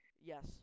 Yes